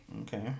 okay